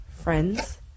Friends